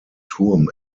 turm